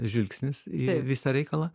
žvilgsnis į visą reikalą